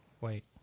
wait